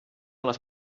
les